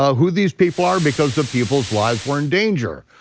ah who these people are because the people's lives were in danger.